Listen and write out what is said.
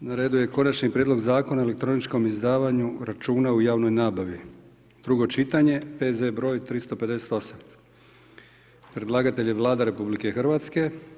Na redu je - Konačni prijedlog zakona o elektroničkom izdavanju računa u javnoj nabavi, drugo čitanje, P.Z. br. 358 Predlagatelj je Vlada Republike Hrvatske.